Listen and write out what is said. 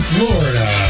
Florida